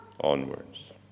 onwards